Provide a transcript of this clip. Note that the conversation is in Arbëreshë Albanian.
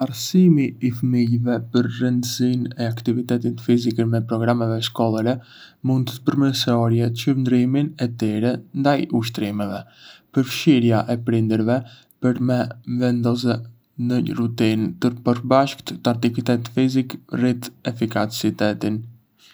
Arsimi i fëmijëve për rëndësinë e aktivitetit fizik me programeve shkollore mund të përmirësojë çëndrimin e tyre ndaj ushtrimeve. Përfshirja e prindërve për me vendosë një rutinë të përbashkët të aktivitetit fizik rrit efikasitetin.